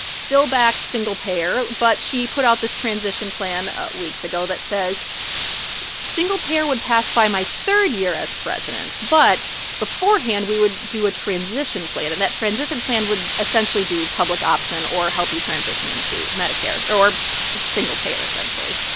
still backs single-payer. but she put out this transition plan ah weeks ago that says single-payer would pass by my third year as president. but beforehand, we would do a transition plan, and that transition plan would essentially do public option or help you transition into medicare or or single-payer, essentially.